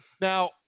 Now